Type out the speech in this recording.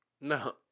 No